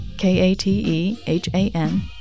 K-A-T-E-H-A-N